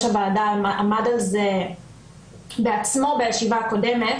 הוועדה עמד על זה בעצמו בישיבה הקודמת